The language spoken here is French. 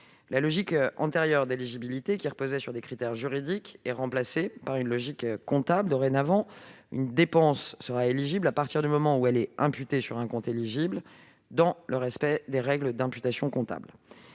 La logique antérieure d'éligibilité, qui reposait sur des critères juridiques, est remplacée par une logique comptable. Dorénavant, une dépense sera éligible à partir du moment où elle est imputée sur un compte éligible, dans le respect des règles d'imputation comptable.